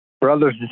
brothers